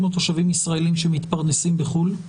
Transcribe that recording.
או תושבים ישראלים שמתפרנסים בחוץ לארץ,